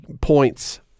points